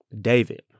David